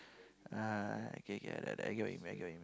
ah okay okay I I get what you mean I get what you mean